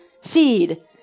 seed